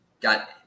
got